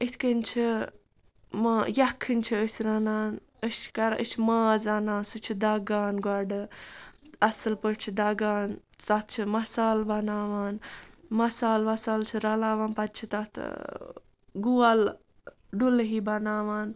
اِتھ کٔنۍ چھِ ما یَکھٕنۍ چھِ أسۍ رَنان أسۍ چھِ کَران أسۍ چھِ ماز اَنان سُہ چھِ دگان گۄڈٕ اَصٕل پٲٹھۍ چھِ دگان تَتھ چھِ مصالہٕ بَناوان مَصال وَصال چھِ رَلاوان پَتہٕ چھِ تَتھ گول ڈُلہِ ہِوۍ بَناوان